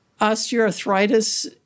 Osteoarthritis